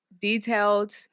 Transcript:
Detailed